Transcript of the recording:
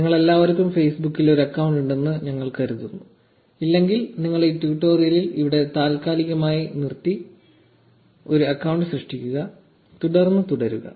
നിങ്ങൾക്കെല്ലാവർക്കും Facebook ൽ ഒരു അക്കൌണ്ട് ഉണ്ടെന്ന് ഞങ്ങൾ കരുതുന്നു ഇല്ലെങ്കിൽ നിങ്ങൾ ഈ ട്യൂട്ടോറിയൽ ഇവിടെ താൽക്കാലികമായി നിർത്തി ഒരു അക്കൌണ്ട് സൃഷ്ടിക്കുക തുടർന്ന് തുടരുക